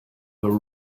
her